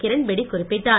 கிரண்பேடி குறிப்பிட்டார்